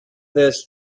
this